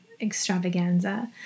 extravaganza